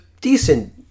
decent